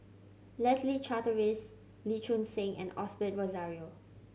Leslie Charteris Lee Choon Seng and Osbert Rozario